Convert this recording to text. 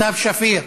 סתיו שפיר,